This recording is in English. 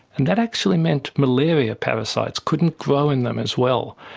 and that actually meant malaria parasites couldn't grow in them as well.